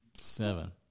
seven